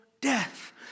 death